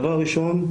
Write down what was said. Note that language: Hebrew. הדבר הראשון,